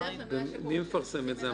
מי מפרסם את זה?